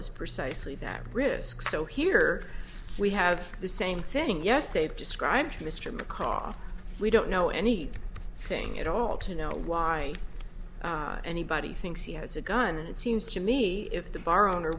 is precisely that risk so here we have the same thing yes they've described mr mccarthy we don't know any thing at all to know why anybody thinks he has a gun and it seems to me if the bar owner